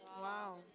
Wow